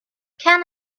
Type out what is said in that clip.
can